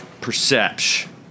Perception